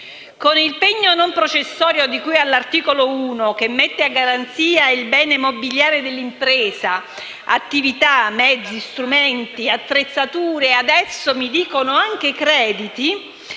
Con il pegno non possessorio di cui all'articolo 1 del decreto-legge, che mette a garanzia il bene mobiliare dell'impresa (attività, mezzi, strumenti, attrezzature e adesso mi dicono anche crediti),